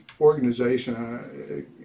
organization